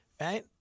Right